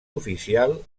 oficial